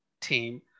team